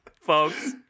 folks